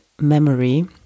memory